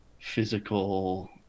physical